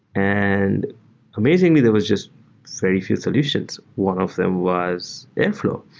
and amazingly there was just very few solutions. one of them was airflow.